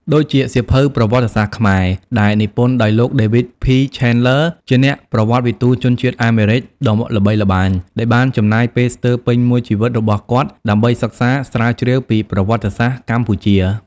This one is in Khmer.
ដូចជាសៀវភៅ ប្រវត្តិសាស្ត្រខ្មែរ ដែលនិពន្ធដោយលោក ដេវីត ភី ឆេនឡឺ David P. Chandler ជាអ្នកប្រវត្តិវិទូជនជាតិអាមេរិកដ៏ល្បីល្បាញ ដែលបានចំណាយពេលស្ទើរពេញមួយជីវិតរបស់គាត់ដើម្បីសិក្សាស្រាវជ្រាវពីប្រវត្តិសាស្ត្រកម្ពុជា។